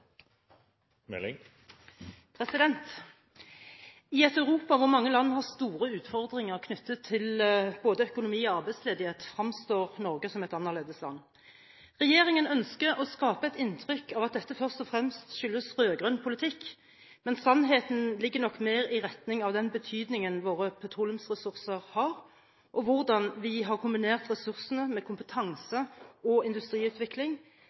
oppgåver. I et Europa hvor mange land har store utfordringer knyttet til både økonomi og arbeidsledighet, fremstår Norge som et annerledesland. Regjeringen ønsker å skape et inntrykk av at dette først og fremst skyldes rød-grønn politikk. Men sannheten ligger nok mer i retning av den betydningen våre petroleumsressurser har og hvordan vi har kombinert ressursene med kompetanse og industriutvikling,